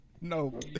No